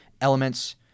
elements